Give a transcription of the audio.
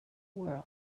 world